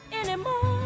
anymore